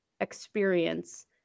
experience